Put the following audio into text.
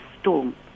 storm